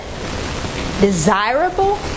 desirable